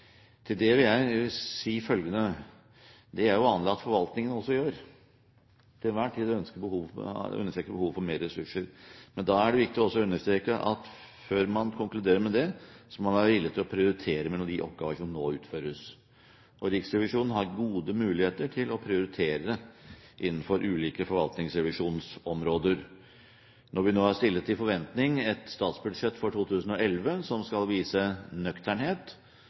Til det vil jeg si følgende: Det er det jo vanlig at forvaltningen også gjør – til enhver tid å understreke behovet for mer ressurser – men da er det viktig også å understreke at man før man konkluderer med det, må være villig til å prioritere mellom de oppgaver som nå utføres. Og Riksrevisjonen har gode muligheter til å prioritere innenfor ulike forvaltningsrevisjonsområder. Når vi nå er stilt i forventning et statsbudsjett for 2011 som skal vise nøkternhet